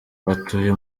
batuye